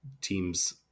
teams